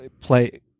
play